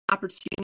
opportunity